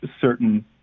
certain